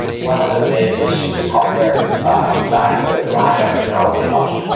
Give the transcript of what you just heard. one of the big issues with healthcare comes back to this lack of technology adoption.